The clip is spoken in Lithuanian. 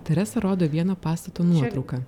teresa rodo vieno pastato nuotrauką